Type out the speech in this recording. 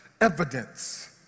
evidence